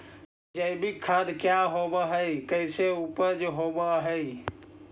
जैविक खाद क्या होब हाय कैसे उपज हो ब्हाय?